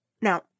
Now